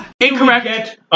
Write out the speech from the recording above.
Incorrect